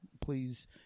Please